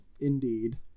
Indeed